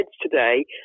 today